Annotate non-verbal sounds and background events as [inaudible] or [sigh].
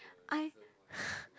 I [breath]